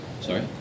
Sorry